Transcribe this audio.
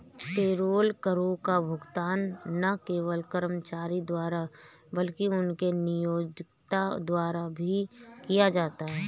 payroll करों का भुगतान न केवल कर्मचारी द्वारा बल्कि उनके नियोक्ता द्वारा भी किया जाता है